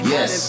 Yes